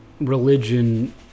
religion